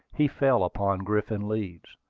he fell upon griffin leeds,